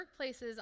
workplaces